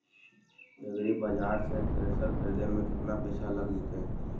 एग्रिबाजार से थ्रेसर खरिदे में केतना पैसा लग जितै?